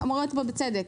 אמרו את זה בצדק,